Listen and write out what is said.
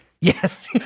Yes